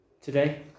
Today